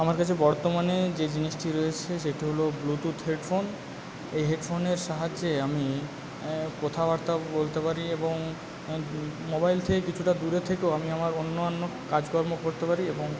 আমার কাছে বর্তমানে যে জিনিসটি রয়েছে সেটি হল ব্লুটুথ হেডফোন এই হেডফোনের সাহায্যে আমি কথাবার্তা বলতে পারি এবং মোবাইল থেকে কিছুটা দূরে থেকেও আমি আমার অন্যান্য কাজকর্ম করতে পারি এবং